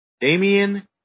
Damian